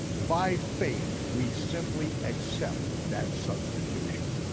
by faith we simply accept that substitution.